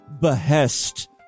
behest